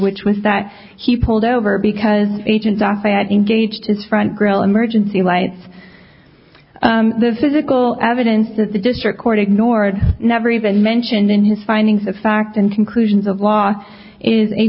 which was that he pulled over because agent doctor had engaged his front grill emergency lights the physical evidence that the district court ignored never even mentioned in his findings of fact and conclusions of law is a